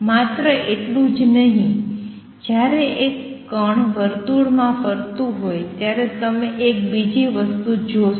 માત્ર એટલું જ નહીં જ્યારે એક કણ વર્તુળમાં ફરતું હોય ત્યારે તમે એક બીજી વસ્તુ જોશો